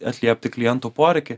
atliepti klientų poreikį